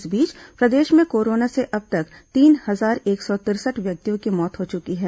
इस बीच प्रदेश में कोरोना से अब तक तीन हजार एक सौ तिरसठ व्यक्तियों की मौत हो चुकी है